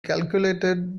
calculated